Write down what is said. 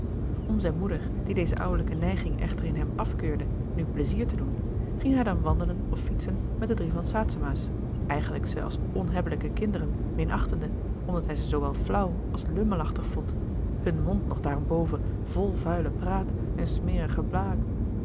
om zijn moeder die deze ouwelijke neiging echter in hem afkeurde nu pleizier te doen ging hij dan wandelen of fietsen met de drie van saetzema's eigenlijk ze als onhebbelijke kinderen minachtende omdat hij ze zoowel flauw als lummelachtig vond hun mond nog daarenboven vol vuile praat en smerige